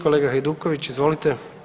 Kolega Hajduković izvolite.